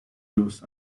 los